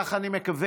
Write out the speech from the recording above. כך אני מקווה.